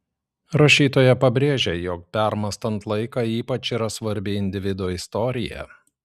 rašytoja pabrėžia jog permąstant laiką ypač yra svarbi individo istorija